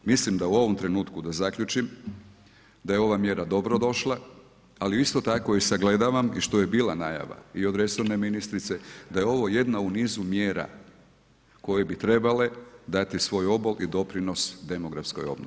Mislim da u ovom trenutku da zaključim da je ova mjera dobro došla ali ju isto tako sagledavam i što je bila najava i od resorne ministrice da je ovo jedna u nizu mjera koje bi trebale dati svoj obol i doprinos demografskoj obnovi.